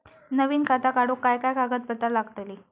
नवीन खाता काढूक काय काय कागदपत्रा लागतली?